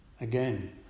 Again